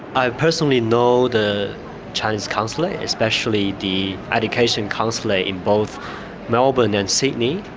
i personally know the chinese counsellor, especially the education counsellor in both melbourne and sydney.